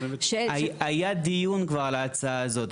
היה דיון כבר על ההצעה הזאת.